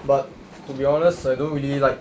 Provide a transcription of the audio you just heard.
but to be honest I don't really like